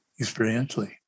experientially